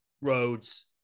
roads